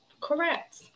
Correct